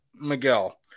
Miguel